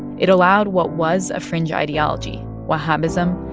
it allowed what was a fringe ideology, wahhabism,